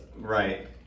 Right